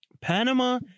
panama